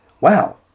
wow